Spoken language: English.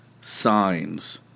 signs